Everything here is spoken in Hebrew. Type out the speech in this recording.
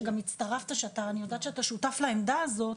שגם הצטרפת ואני יודעת שאתה שותף לעמדה הזו,